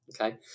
okay